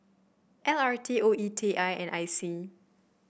L R T O E T I and I C